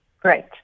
Great